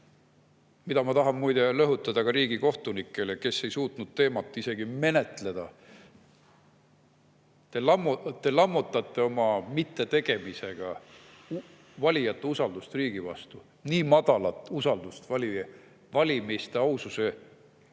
mida ma tahan rõhutada ka riigikohtunikele, kes ei suutnud teemat isegi menetleda. Te lammutate oma mittetegemisega valijate usaldust riigi vastu. Nii madalat usaldust valimiste aususe suhtes